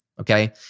okay